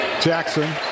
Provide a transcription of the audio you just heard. Jackson